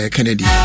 Kennedy